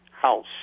house